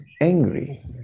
angry